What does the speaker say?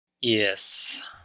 yes